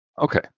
Okay